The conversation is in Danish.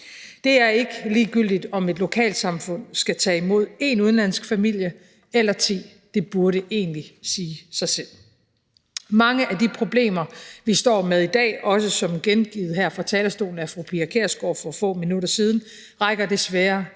Det er ikke ligegyldigt, om et lokalsamfund skal tage imod én udenlandsk familie eller ti – det burde egentlig sige sig selv. Mange af de problemer, vi står med i dag, som også blev gengivet her fra talerstolen af fru Pia Kjærsgaard for få minutter siden, rækker desværre